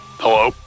Hello